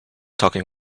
talking